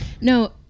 No